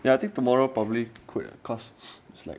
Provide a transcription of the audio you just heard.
ya I think tomorrow public could cause it's like